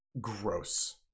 gross